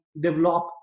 develop